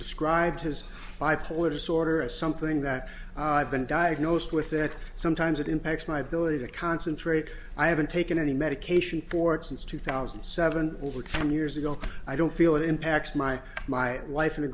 described his bipolar disorder as something that i've been diagnosed with that sometimes it impacts my villa to concentrate i haven't taken any medication for it since two thousand and seven over ten years ago i don't feel it impacts my my life in a